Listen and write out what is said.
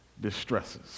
distresses